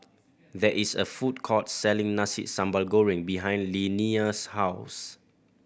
there is a food court selling Nasi Sambal Goreng behind Linnea's house